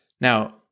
Now